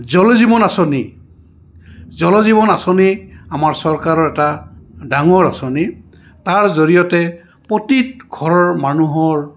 জল জীৱন আঁচনি জল জীৱন আঁচনি আমাৰ চৰকাৰৰ এটা ডাঙৰ আঁচনি তাৰ জৰিয়তে প্ৰতি ঘৰৰ মানুহৰ